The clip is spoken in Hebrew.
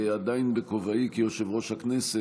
עדיין בכובעי כיושב-ראש הכנסת,